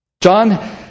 John